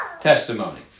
testimony